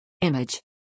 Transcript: Image